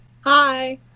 Hi